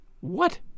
What